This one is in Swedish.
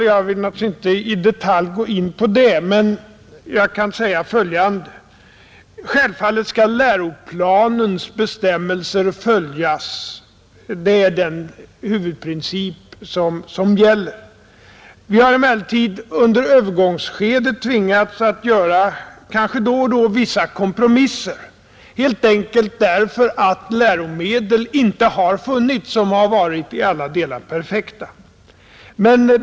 Jag vill naturligtvis inte i detalj gå in på det, men jag kan säga följande. Självfallet skall läroplanens bestämmelser följas. Det är den huvudprincip som gäller. Vi har emeller tid under övergångsskedet då och då tvingats att göra vissa kompromisser, helt enkelt därför att läromedel inte funnits som varit i alla delar perfekta.